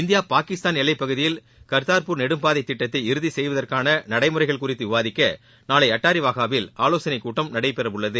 India Pakistan எல்லைப்பகுதியில் கா்தா்பூர் நெடும்பாதை திட்டத்தை இறுதி செய்வதற்கான நடைமுறைகள் குறித்து விவாதிக்க நாளை அட்டாரி வாகாவில் ஆலோசனை கூட்டம் நடைபெற உள்ளது